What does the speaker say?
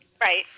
Right